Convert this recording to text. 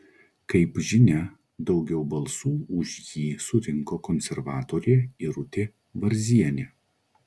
kaip žinia daugiau balsų už jį surinko konservatorė irutė varzienė